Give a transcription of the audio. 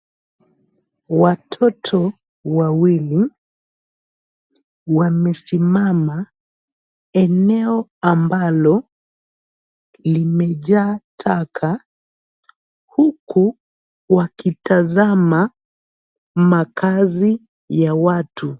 Watoto wawili wamesimama eneo ambalo limejaa taka huku wakitazama makaazi ya watu.